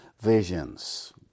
visions